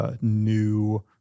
new